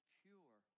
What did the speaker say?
pure